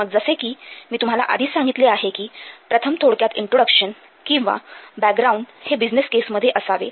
मग जसे कि मी तुम्हाला आधीच सांगितले आहे की प्रथम थोडक्यात इंट्रोडक्शन किंवा बॅकग्राऊंड हे बिझनेस केसमध्ये असावे